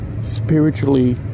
spiritually